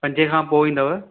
पंजें खां पोइ ईंदव